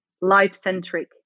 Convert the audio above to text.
life-centric